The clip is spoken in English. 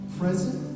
present